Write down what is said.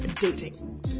dating